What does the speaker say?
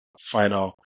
final